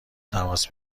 تماس